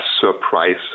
surprise